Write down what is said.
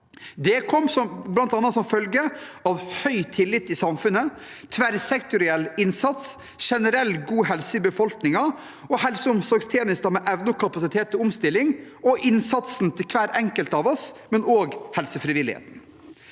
Det kom bl.a. som følge av høy tillit i samfunnet, tverrsektoriell innsats, generelt god helse i befolkningen, helse- og omsorgstjenester med evne og kapasitet til omstilling og innsatsen til hver enkelt av oss – og også helsefrivilligheten.